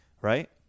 right